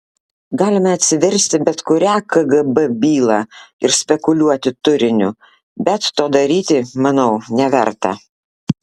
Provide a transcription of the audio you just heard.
galime atsiversti bet kurią kgb bylą ir spekuliuoti turiniu bet to daryti manau neverta